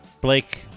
Blake